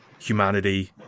humanity